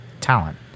talent